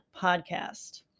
podcast